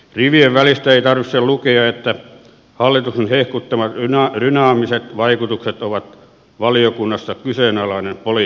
rivien välistä ei tarvitse lukea että hallituksen hehkuttamat dynaamiset vaikutukset ovat valiokunnasta kyseenalainen poliittinen valinta